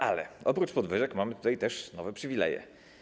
Ale oprócz podwyżek mamy też nowe przywileje.